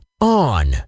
on